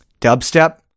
dubstep